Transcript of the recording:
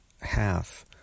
half